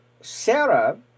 Sarah